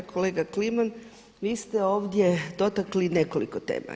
Kolega Kliman, vi ste ovdje dotakli nekoliko tema.